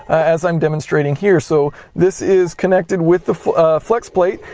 as i'm demonstrating here. so this is connected with the flex plate,